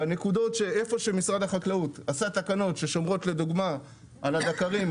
איפה שמשרד החקלאות עשה תקנות ששומרות לדוגמה על הדקרים,